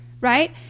right